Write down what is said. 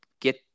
get